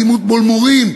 אלימות מול מורים,